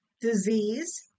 disease